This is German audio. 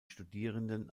studierenden